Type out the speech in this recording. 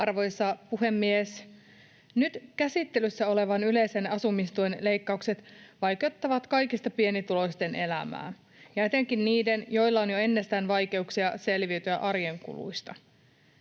Arvoisa puhemies! Nyt käsittelyssä olevat yleisen asumistuen leikkaukset vaikeuttavat kaikista pienituloisimpien elämää ja etenkin niiden, joilla on jo ennestään vaikeuksia selviytyä arjen kuluista.